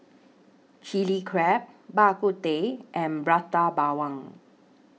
Chilli Crab Bak Kut Teh and Prata Bawang